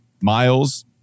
Miles